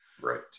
right